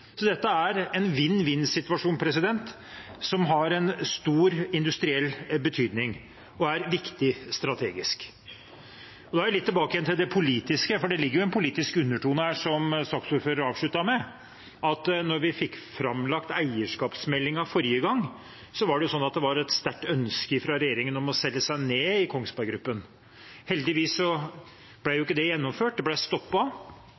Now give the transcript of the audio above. Så dette er en vinn-vinn-situasjon som har en stor industriell betydning, og som er viktig strategisk. Litt tilbake til det politiske, for det ligger en politisk undertone her, som saksordføreren avsluttet med. Da vi fikk framlagt eierskapsmeldingen forrige gang, var det et sterkt ønske fra regjeringen om å selge seg ned i Kongsberg Gruppen. Heldigvis